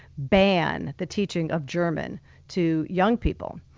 ban the teaching of german to young people.